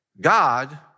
God